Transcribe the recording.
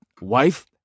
Wife